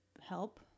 help